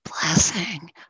blessing